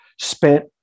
spent